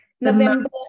November